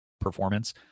performance